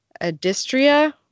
Adistria